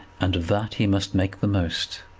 and of that he must make the most.